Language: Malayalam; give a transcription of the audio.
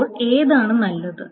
ഇപ്പോൾ ഏതാണ് നല്ലത്